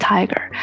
Tiger